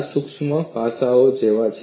આ સૂક્ષ્મ પાસાઓ જેવા છે